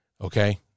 Okay